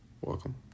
Welcome